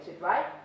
right